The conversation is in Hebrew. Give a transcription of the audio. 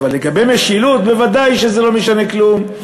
אבל לגבי משילות בוודאי שהיא לא משנה כלום.